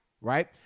right